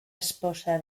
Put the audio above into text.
esposa